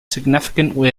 significantly